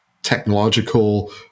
technological